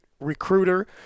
recruiter